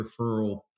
referral